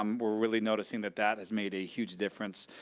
um we're really noticing that that has made a huge difference.